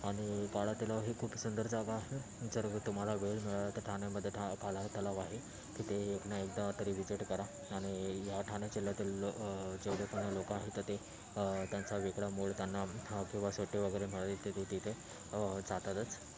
आणि काळा तलाव ही खुप सुंदर जागा आहे जर तुम्हाला वेळ मिळाला तर ठान्यामध्ये काला तलाव आहे तिथे एक ना एकदा तरी विसिट करा आणि ह्या ठाणे जिल्ह्यातील जेवढे पण लोकं आहेत ते त्यांचा वेगळा मूळ त्यांना किंवा सुट्टी वगैरे मिळाली तर ते तिथे जातातच